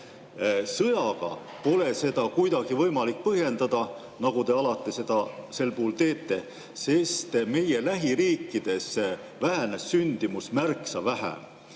Sõjaga pole seda kuidagi võimalik põhjendada, nagu te alati seda sellistel puhkudel teete, sest meie lähiriikides vähenes sündimus märksa vähem.